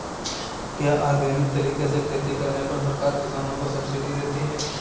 क्या ऑर्गेनिक तरीके से खेती करने पर सरकार किसानों को सब्सिडी देती है?